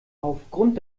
aufgrund